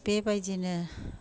बेबायदिनो